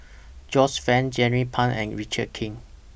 Joyce fan Jernnine Pang and Richard Kee